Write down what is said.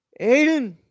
Aiden